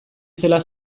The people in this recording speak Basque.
zela